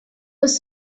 was